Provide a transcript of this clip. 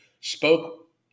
spoke